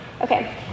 Okay